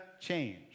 change